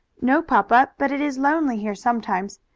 no, papa, but it is lonely here sometimes.